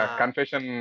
confession